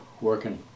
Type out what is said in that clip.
working